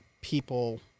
people